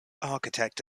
architect